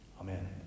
Amen